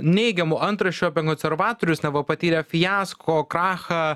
neigiamų antraščių apie konservatorius na buvo patyrę fiasko krachą